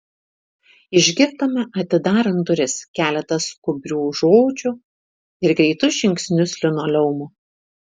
išgirdome atidarant duris keletą skubrių žodžių ir greitus žingsnius linoleumu